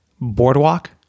boardwalk